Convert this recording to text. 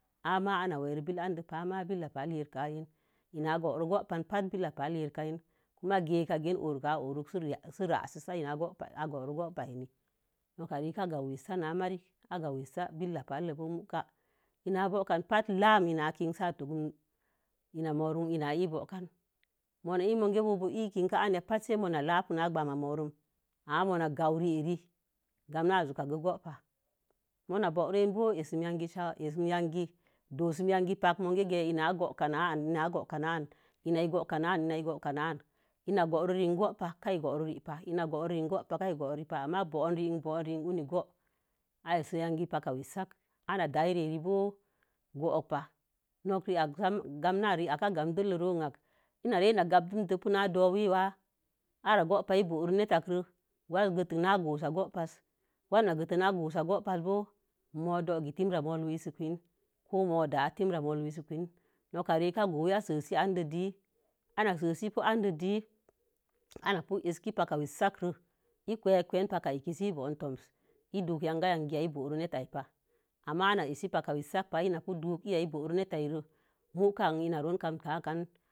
Ama'a nan were billək an dei pa ma billək pa'a yelkayelin ina'a bo̱o̱ro gwon pa nin pa billək pa yelka yelnin gekage wurokor ka aworon si rasisa a're i nai i bo̱o̱ro go̱o̱ba'a ni. Noka rekə agawo wesa na mari. ina a bo̱o̱kam pa la'a ina sia kinkan sə togun inna mon ā ibo̱o̱kani. Mo̱o̱na i ākəka sai mona la'ak na kwamo̱o̱kon ama magakwu reàre gamna'a in àsə yangi do̱o̱sun yangi pa mo̱o̱ge inan abo̱o̱ron kan anan ina i bo̱o̱kaā an ina boro rehir gowupa ina buro rehir go̱o̱ ba'a ka bo̱o̱rere ba'a. bo̱o̱reh-reh-onii go̱o̱wu. Aa̍se yangi paka go̱o̱wug wesak ana da'ai re'arebo gowuk pa nookə reahik gananriyalkə i gamnak dəllək ron anakin. Ina reii dəllək kə na dowii nii ara gowu ba'a bo̱o̱ron na təkə. waisə bootə go̱o̱sa̱ go̱o̱pasa. Waiz na getəna go̱o̱sa go̱o̱ba'a bon mo̱o̱ dogun rera moii wisəwin ko mo̱o̱ da'a tinramoi wisin wina̱. nok rekə a’ sə'si mon de diyen ana sa'sikə mo̱o̱ dədin. Ama pi ě ki paka wesakə ikəi kwin siiton tonsakə ii dowayan ya bo̱o̱ron natən pa'a. Ama ana asipa paka wesəpakə. I dowre iya'a i bo̱o̱ren neta'a. mukan an kakan.